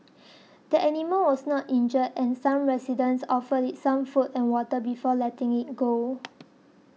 the animal was not injured and some residents offered it some food and water before letting it go